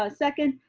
ah second,